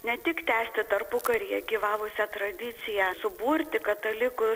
ne tik tęsti tarpukaryje gyvavusią tradiciją suburti katalikų